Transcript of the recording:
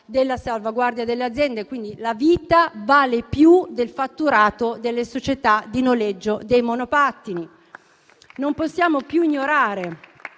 della salvaguardia delle aziende. La vita vale più del fatturato delle società di noleggio dei monopattini. Non possiamo più ignorare